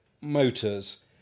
motors